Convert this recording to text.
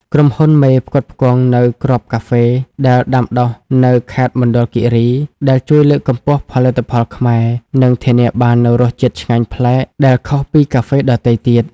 ក្រុមហ៊ុនមេផ្គត់ផ្គង់នូវគ្រាប់កាហ្វេដែលដាំដុះនៅខេត្តមណ្ឌលគិរី ដែលជួយលើកកម្ពស់ផលិតផលខ្មែរ និងធានាបាននូវរសជាតិឆ្ងាញ់ប្លែកដែលខុសពីកាហ្វេដទៃទៀត។